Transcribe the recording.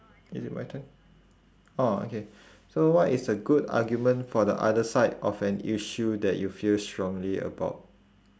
is it my turn orh okay so what is a good argument for the other side of an issue that you feel strongly about